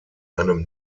einem